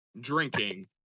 drinking